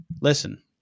Listen